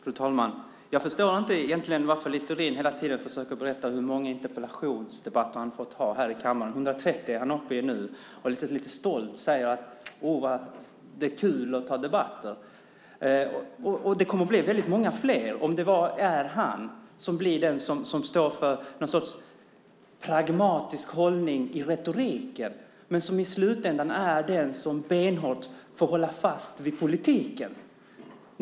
Fru talman! Jag förstår egentligen inte varför Littorin hela tiden berättar hur många interpellationsdebatter han har fått ta här i kammaren. 130 är han uppe i nu. Lite stolt säger han att det är kul att ta debatter. Och det kommer att bli väldigt många fler om det bara är han som blir den som står för en sorts pragmatisk hållning i retoriken men som i slutändan är den som benhårt får hålla fast vid politiken.